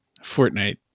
Fortnite